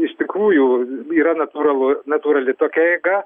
iš tikrųjų yra natūralu natūrali tokia eiga